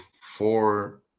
four